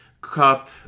Cup